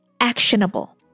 Actionable